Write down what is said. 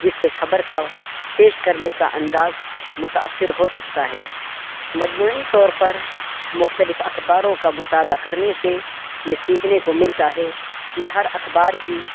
جس سے خبر کا پیش کرنے کا انداز متاثر ہو سکتا ہے مجموعی طور پر مختلف اخباروں کا مطالعہ کرنے سے یہ سیکھنے کو ملتا ہے کہ ہر اخبار کی